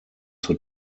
zur